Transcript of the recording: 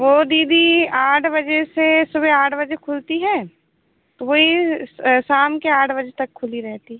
वो दीदी आठ बजे से सुबह आठ बजे खुलती है तो वही शाम के आठ बजे तक खुली रहती है